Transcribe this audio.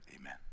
amen